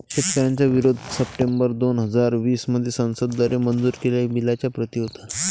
शेतकऱ्यांचा विरोध सप्टेंबर दोन हजार वीस मध्ये संसद द्वारे मंजूर केलेल्या बिलच्या प्रति होता